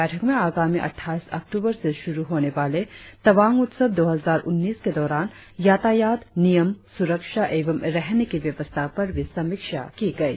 बैठक में आगामी अटठाईस अक्टूबर से शुरु होने वाले तवांग उत्सव दो हजार उन्नीस के दौरान यातायात नियम सुरक्षा एवं रहने की व्यवस्था पर भी समीक्षा की गई